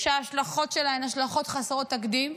שההשלכות שלהם הן השלכות חסרות תקדים,